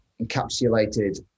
encapsulated